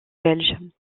belge